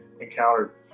encountered